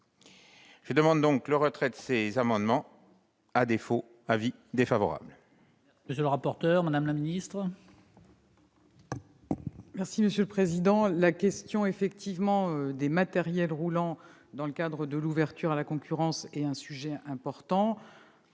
Je demande donc le retrait de ces amendements ; à défaut, l'avis sera défavorable.